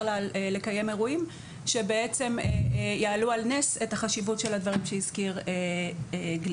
לקיים אירועים שבעצם יעלו על נס את החשיבות של הדברים שהזכיר גליק.